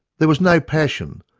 there was no passion,